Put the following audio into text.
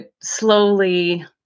slowly